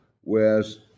whereas